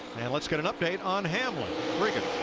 and let's get an update on him. well,